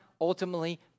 ultimately